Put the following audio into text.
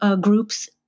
groups